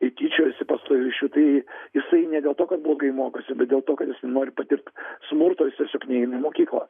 ir tyčiojasi pastoviai iš jų tai jisai ne dėl to kad blogai mokosi bet dėl to kad nori patirt smurto jis tiesiog neina į mokyklą